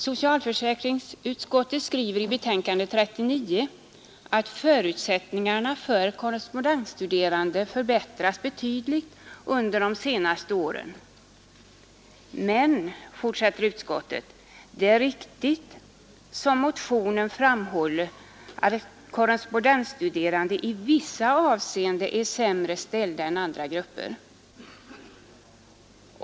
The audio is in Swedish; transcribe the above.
Socialförsäkringsutskottet skriver i sitt betänkande nr 39: ”Förutsättningarna för korrespondensstudier har förbättrats betydligt under de senaste åren.” Man fortsätter: ”Det är visserligen riktigt, som motionärerna framhåller, att korrespondensstuderande i vissa avseenden är sämre ställda än andra grupper.